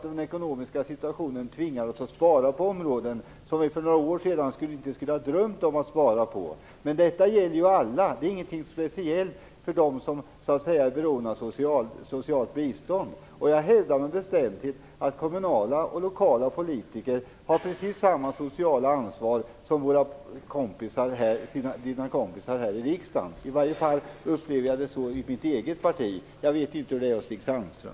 Den ekonomiska situationen tvingar oss att spara på områden som vi för några år sedan inte skulle ha drömt om att spara på. Detta gäller alla. Det är ingenting speciellt för dem som är beroende av socialt bistånd. Jag hävdar med bestämdhet att kommunala och andra lokala politiker har precis samma sociala ansvar som våra kompisar här i riksdagen. I varje fall upplever jag det så i mitt eget parti. Jag vet inte hur det är hos Stig Sandström.